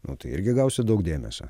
nu tai irgi gausi daug dėmesio